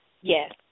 Yes